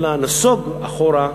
אלא נסוג אחורה,